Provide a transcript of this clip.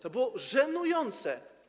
To było żenujące.